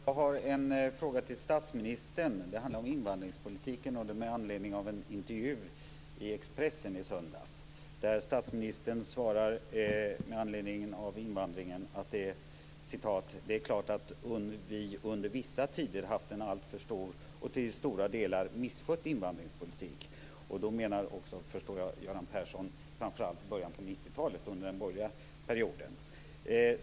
Herr talman! Jag har en fråga till statsministern. Den handlar om invandringspolitiken och jag ställer den med anledning av en intervju i Expressen i söndags. Statsministern säger där: "Det är klart att vi under vissa tider haft en alltför stor och till stora delar misskött invandringspolitik." Jag förstår att Göran Persson då menar början av 90-talet under borgerliga perioden.